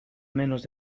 menos